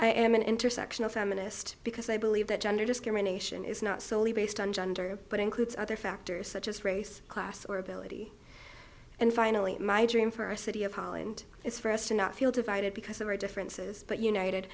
i am an intersection of feminist because i believe that gender discrimination is not solely based on gender but includes other factors such as race class or ability and finally my dream for our city of holland is for us to not feel divided because of our differences but united